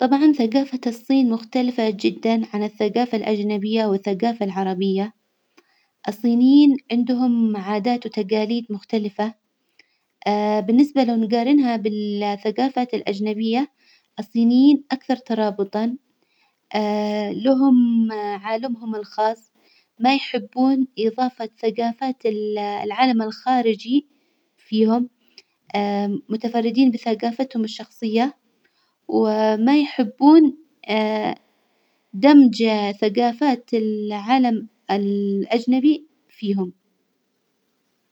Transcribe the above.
طبعا ثجافة الصين مختلفة جدا عن الثجافة الأجنبية والثجافة العربية، الصينيين عندهم عادات وتجاليد مختلفة بالنسبة لو نجارنها بالثجافات الأجنبية الصينيين أكثر ترابطا لهم عالمهم الخاص، ما يحبون إظافة ثجافات ال- العالم الخارجي فيهم متفردين بثجافتهم الشخصية، وما يحبون دمج ثجافات العالم الأجنبي فيهم.